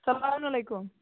سلام علیکُم